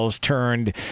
turned